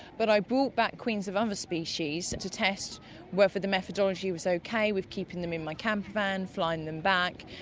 but i bought back queens of other um ah species to test whether the methodology was okay with keeping them in my campervan, flying them back,